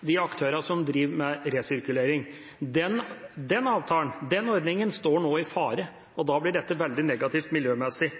de aktørene som driver med resirkulering. Den avtalen, den ordningen, står nå i fare, og da blir dette veldig negativt miljømessig.